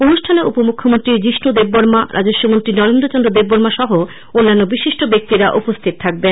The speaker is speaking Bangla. অনুষ্ঠানে উপমুখ্যমন্ত্রী যিস্কু দেববর্মা রাজস্বমন্ত্রী নরেন্দ্র চন্দ্র দেববর্মা সহ অন্যান্য বিশিষ্ট ব্যক্তিরা উপস্হিত থাকবেন